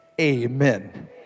Amen